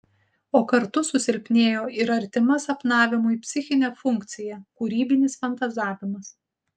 o kartu susilpnėjo ir artima sapnavimui psichinė funkcija kūrybinis fantazavimas